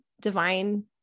divine